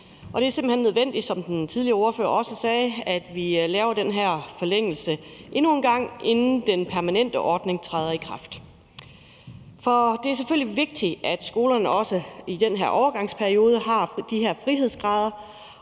også sagde, at vi laver den her forlængelse endnu en gang, inden den permanente ordning træder i kraft. Det er selvfølgelig vigtigt, at skolerne også i den her overgangsperiode har de her frihedsgrader,